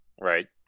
right